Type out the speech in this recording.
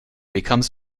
becomes